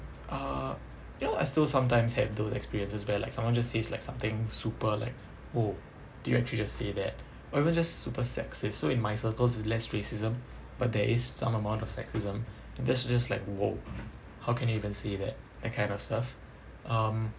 uh you know I still sometimes have those experiences where like someone just says like something super like oh did you actually just say that or even just super sexist so in my circles is less racism but there is some amount of sexism and that's just like !wow! how can you even say that that kind of stuff um